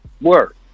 work